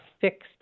fixed